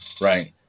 right